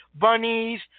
bunnies